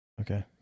Okay